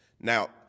Now